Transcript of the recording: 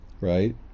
Right